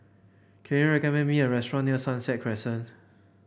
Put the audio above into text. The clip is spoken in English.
can you recommend me a restaurant near Sunset Crescent